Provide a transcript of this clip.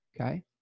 okay